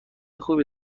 خوبی